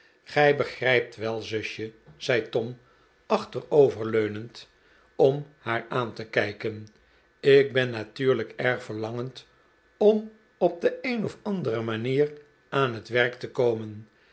gij begrijpt wel zusje zei tom achteroverleunend om haar aan te kijken ik ben natuurlijk erg verlangend om op de een of andere manier aan het werk te komen